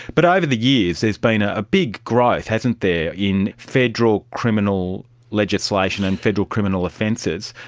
but over the years there has been a big growth, hasn't there, in federal, criminal legislation and federal criminal offences.